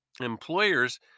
employers